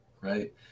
right